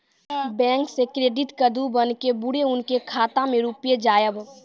Bank से credit card बन के बुरे उनके खाता मे रुपिया जाएब?